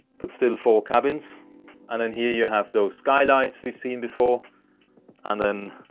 but still four cabins and then here you have those skylights we've seen before and then